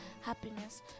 happiness